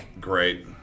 Great